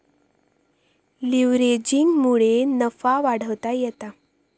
लीव्हरेजिंगमुळे नफा वाढवता येता